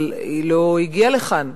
אבל היא לא הגיעה לכאן,